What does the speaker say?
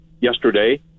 yesterday